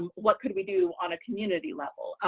um what could we do on a community level?